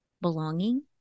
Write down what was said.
Belonging